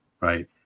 right